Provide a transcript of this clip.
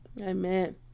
Amen